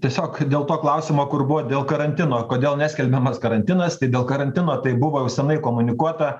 tiesiog dėl to klausimo kur buvo dėl karantino kodėl neskelbiamas karantinas tai dėl karantino tai buvo jau senai komunikuota